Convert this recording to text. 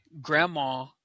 grandma